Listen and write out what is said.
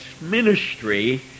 ministry